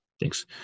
Thanks